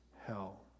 hell